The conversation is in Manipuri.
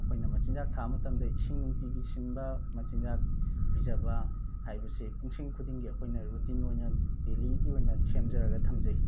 ꯑꯩꯈꯣꯏꯅ ꯃꯆꯤꯟꯖꯥꯛ ꯊꯥ ꯃꯇꯝꯗ ꯏꯁꯤꯡ ꯅꯨꯡꯇꯤꯒꯤ ꯁꯤꯟꯕ ꯃꯆꯤꯟꯖꯥꯛ ꯄꯤꯖꯕ ꯍꯥꯏꯕꯁꯤ ꯄꯨꯡꯁꯤꯡ ꯈꯨꯗꯤꯡꯒꯤ ꯑꯩꯈꯣꯏꯅ ꯔꯨꯇꯤꯟ ꯑꯣꯏꯅ ꯗꯦꯜꯂꯤꯒꯤ ꯑꯣꯏꯅ ꯁꯦꯝꯖꯔꯒ ꯊꯝꯖꯩ